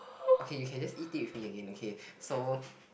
okay you can just eat it with me again okay so